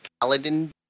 Paladin